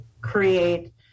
create